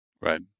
Right